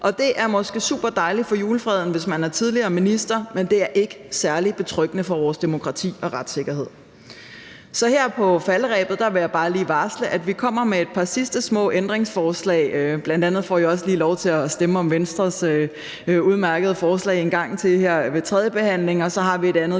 Og det er måske super dejligt for julefreden, hvis man er tidligere minister, men det er ikke særlig betryggende for vores demokrati og retssikkerhed. Så her på falderebet vil jeg bare lige varsle, at vi kommer med et par sidste små ændringsforslag. Bl.a. får I også lige lov til at stemme om Venstres udmærkede forslag en gang til her ved tredjebehandlingen, og så har vi et andet